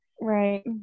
right